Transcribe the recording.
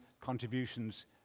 contributions